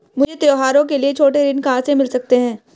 मुझे त्योहारों के लिए छोटे ऋृण कहां से मिल सकते हैं?